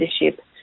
leadership